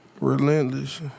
relentless